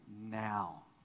now